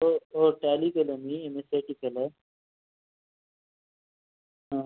हो हो टॅली केलं मी M S C I T केलं